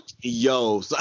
Yo